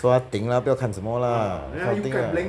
so 他顶 ah 不要看什么 ah something ah